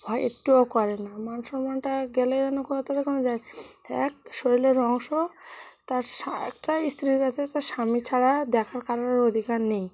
ভয় একটুও করে না মান সম্মানটা গেলে যেন কোনো তাদের কোনো যায় এক শরীরের অংশ তার স্বা একটা স্ত্রীর কাছে তার স্বামী ছাড়া দেখার কারোর আর অধিকার নেই